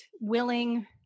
willing